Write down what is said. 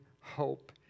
hope